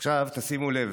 עכשיו, שימו לב: